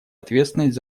ответственность